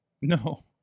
No